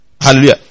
Hallelujah